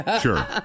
Sure